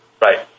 Right